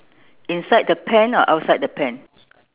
inside the pen or outside the pen